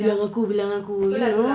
ya tu lah tu lah